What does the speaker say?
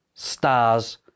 stars